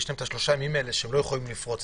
יש להם שלושה ימים שהם לא יכולים לפרוץ.